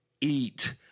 eat